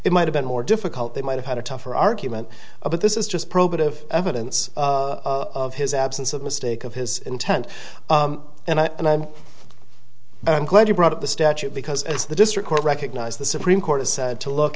it might have been more difficult they might have had a tougher argument but this is just probative evidence of his absence of mistake of his intent and i'm i'm glad you brought up the statute because as the district court recognized the supreme court said to look